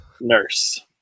nurse